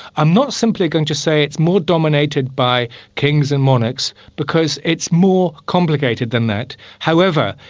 i'm not simply going to say it's more dominated by kings and monarchs because it's more complicated than that however,